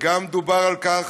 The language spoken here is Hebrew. וגם דובר על כך